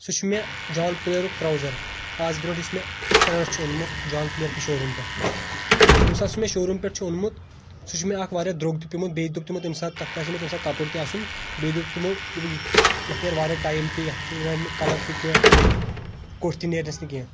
سُہ چھُ مےٚ جان پلیرُک ٹراوزر آز برٛونٛٹھ یُس مےٚ ترٛےٚ رٮ۪تھ چھُ اوٚنمُت جان پلیر کِس شو روٗم پٮ۪ٹھ ییٚمہِ ساتہٕ سُہ مےٚ شو روٗم پٮ۪ٹھ چھُ اوٚنمُت سُہ چھُ مےٚ اکھ واریاہ درٛوگ تہِ پیومُت بیٚیہِ دوٚپ تِمو تمہِ ساتہٕ تتھ باسیٚو مےٚ تمہِ ساتہٕ کپُر تہِ اصل بیٚیہِ دوٚپ تِمو دوٚپُک یہِ یتھ نیرِ واریاہ ٹایِم تہِ یتھ نیرِنہٕ کلر تہِ کینٛہہ کوٹھۍ تہِ نیرنس نہٕ کینٛہہ